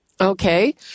Okay